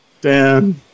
Dan